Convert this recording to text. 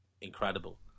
incredible